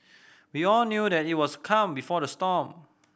we all knew that he was the calm before the storm